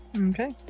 Okay